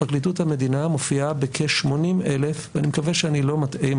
פרקליטות המדינה מופיעה בכ-80,000 ואני מקווה שאני לא מטעה עם